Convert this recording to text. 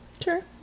Sure